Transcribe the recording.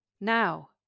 Now